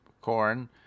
corn